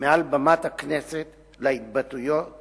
מעל במת הכנסת להתבטאויות